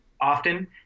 often